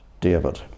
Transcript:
David